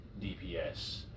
DPS